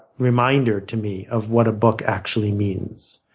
reminder to me of what a book actually means.